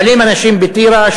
שואלים אנשים בטירה,